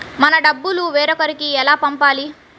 మన డబ్బులు వేరొకరికి ఎలా పంపాలి?